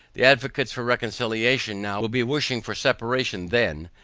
the advocates for reconciliation now will be wishing for separation then,